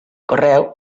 correu